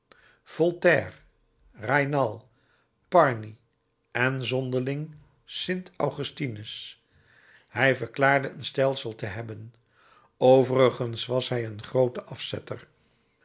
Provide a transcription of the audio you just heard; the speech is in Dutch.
voltaire raynal parny en zonderling st augustinus hij verklaarde een stelsel te hebben overigens was hij een groote afzetter